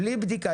בלי בדיקה.